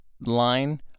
line